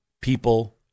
people